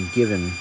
given